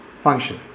function